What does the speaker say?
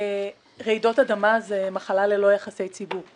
רעידות אדמה הן מחלה ללא יחסי ציבור.